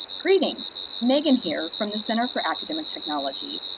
greetings! megan here from the center for academic technology.